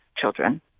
children